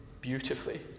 beautifully